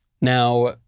Now